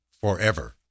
forever